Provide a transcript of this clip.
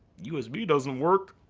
usb doesn't work,